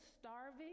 starving